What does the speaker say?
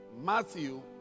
Matthew